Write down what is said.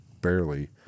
barely